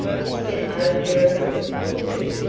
just step over there a foot or two!